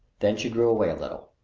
then she drew away a little.